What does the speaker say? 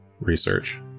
research